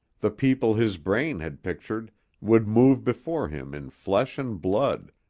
the people his brain had pictured would move before him in flesh and blood,